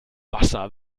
wasser